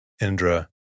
Indra